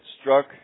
struck